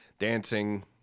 Dancing